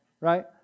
right